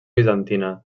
bizantina